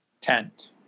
Tent